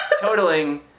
totaling